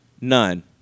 None